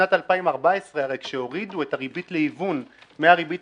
בשנת 2014 כשהורידו את הריבית להיוון מהריבית